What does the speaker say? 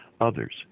others